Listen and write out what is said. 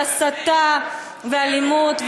על הסתה ואלימות.